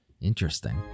Interesting